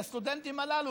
לסטודנטים הללו,